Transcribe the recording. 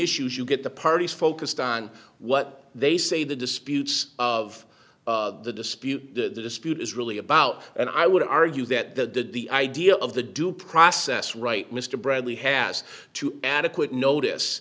issues you get the parties focused on what they say the disputes of the dispute the dispute is really about and i would argue that the the idea of the due process right mr bradley has to adequate notice